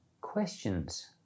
questions